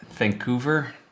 vancouver